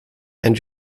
and